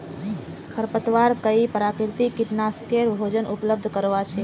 खरपतवार कई प्राकृतिक कीटनाशकेर भोजन उपलब्ध करवा छे